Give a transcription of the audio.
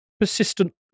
persistent